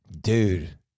dude